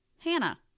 Hannah